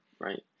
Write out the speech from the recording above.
right